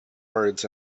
words